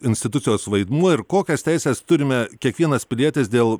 institucijos vaidmuo ir kokias teises turime kiekvienas pilietis dėl